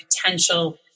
potential